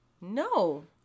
No